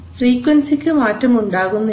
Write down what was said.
ഫ്രീക്വൻസിക്ക് മാറ്റം ഉണ്ടാകുന്നില്ല